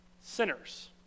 sinners